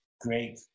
Great